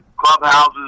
clubhouses